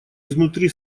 изнутри